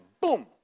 boom